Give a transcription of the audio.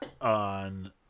on